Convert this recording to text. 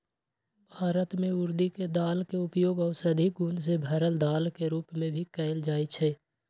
भारत में उर्दी के दाल के उपयोग औषधि गुण से भरल दाल के रूप में भी कएल जाई छई